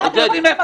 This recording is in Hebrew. --- מה זה?